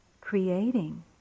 creating